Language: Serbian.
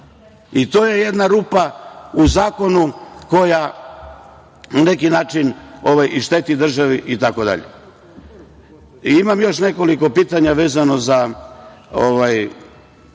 I to je jedna rupa u zakonu koja na neki način šteti državi itd. Imam još nekoliko pitanja. Predsedniče,